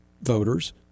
voters